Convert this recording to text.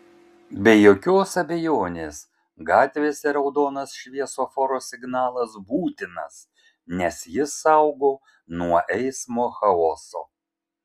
be jokios abejonės gatvėse raudonas šviesoforo signalas būtinas nes jis saugo nuo eismo chaoso